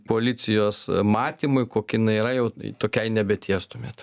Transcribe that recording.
policijos matymui kokia jinai yra jau tokiai nebetiestumėt